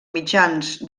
mitjans